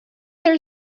there